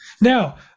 Now